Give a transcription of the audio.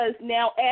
now